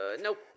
Nope